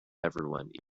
everyone